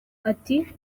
ati